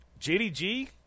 JDG